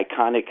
iconic